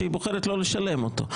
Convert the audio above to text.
שהיא בוחרת לא לשלם אותו.